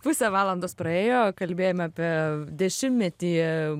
pusė valandos praėjo kalbėjom apie dešimtmetį